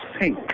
pink